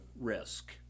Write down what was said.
risk